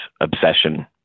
obsession